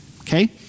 okay